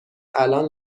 الان